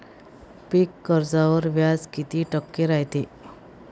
पीक कर्जावर व्याज किती टक्के रायते?